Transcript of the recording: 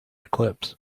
eclipse